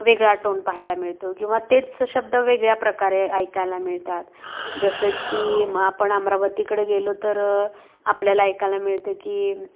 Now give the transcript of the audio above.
वेगळा टोन पाहायला मिळतो किंवा तेच शब्द वेगळ्या प्रकारे ऐकायला मिळतात जसं की मग आपण अमरावतीकडे गेलो तर आपल्याला ऐकायला मिळतं की